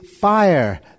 fire